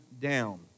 down